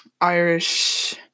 Irish